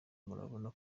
murabona